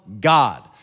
God